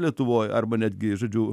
lietuvoj arba netgi žodžiu